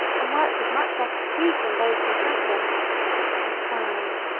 and work with much less fatigue than those who have them besides,